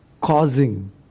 causing